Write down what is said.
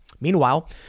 Meanwhile